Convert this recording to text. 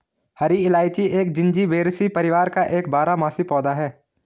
हरी इलायची एक जिंजीबेरेसी परिवार का एक बारहमासी पौधा है